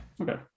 Okay